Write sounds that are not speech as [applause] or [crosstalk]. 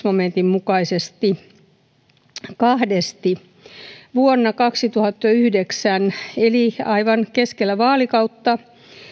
[unintelligible] momentin mukaisesti kahdesti vuonna kaksituhattayhdeksän eli aivan keskellä vaalikautta